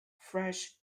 fresh